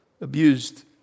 Abused